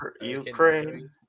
Ukraine